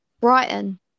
Brighton